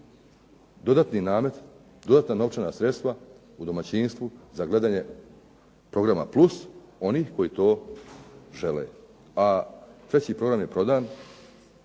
dodatni namet, dodatna novčana sredstva u domaćinstvu za gledanje programa+ onih koji to žele, a 3. program je prodan